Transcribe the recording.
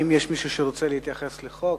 האם יש מישהו שרוצה להתייחס לחוק?